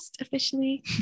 officially